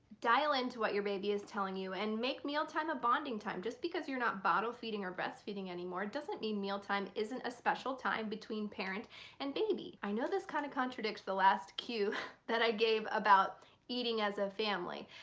dial into what your baby is telling you and make mealtime a bonding time. just because you're not bottle feeding or breast feeding anymore doesn't mean meal time isn't a special time between parent and baby. i know this kind of contradicts the last cue that i gave about eating as a family,